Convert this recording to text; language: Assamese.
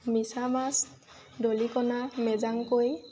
মিছা মাছ দলিকনা মেজাংকৰি